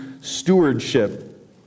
stewardship